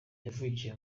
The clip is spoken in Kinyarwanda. yavukiye